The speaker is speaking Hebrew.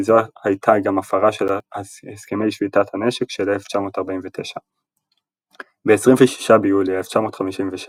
זו הייתה גם הפרה של הסכמי שביתת הנשק של 1949. ב-26 ביולי 1956,